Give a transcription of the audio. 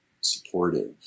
supportive